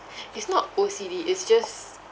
it's not O_C_D it's just